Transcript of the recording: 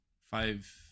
five